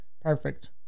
Perfect